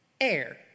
air